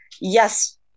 yes